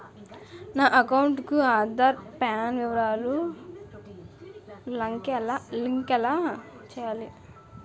నా అకౌంట్ కు ఆధార్, పాన్ వివరాలు లంకె ఎలా చేయాలి?